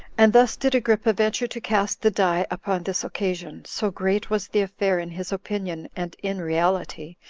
and thus did agrippa venture to cast the die upon this occasion, so great was the affair in his opinion, and in reality,